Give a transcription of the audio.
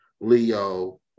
Leo